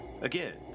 Again